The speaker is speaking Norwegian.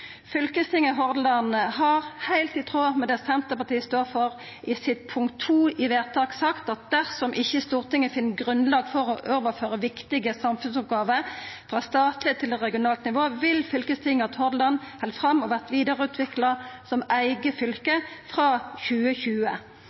Fylkestinget i Hordaland har – heilt i tråd med det som Senterpartiet står for – i punkt nr. 2 i sitt vedtak sagt at dersom Stortinget ikkje finn grunnlag for å overføra viktige samfunnsoppgåver frå statleg til regionalt nivå, vil fylkestinget at Hordaland held fram og vert vidareutvikla som eige fylke frå 2020.